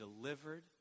delivered